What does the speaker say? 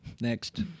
next